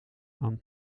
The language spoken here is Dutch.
aan